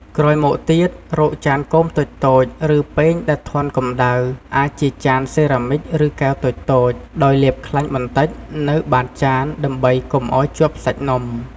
ក្រោយមកទៀត រកចានគោមតូចៗ ឬពែងដែលធន់កម្ដៅ អាចជាចានសេរ៉ាមិច ឬកែវតូចៗ ដោយលាបខ្លាញ់បន្តិចនៅបាតចានដើម្បីកុំឱ្យជាប់សាច់នំ។